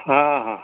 ହଁ ହଁ